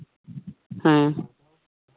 ᱦᱮᱸ